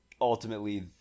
ultimately